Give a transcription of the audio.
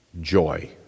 joy